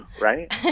right